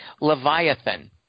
Leviathan